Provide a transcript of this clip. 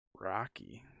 Rocky